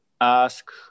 ask